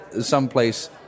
someplace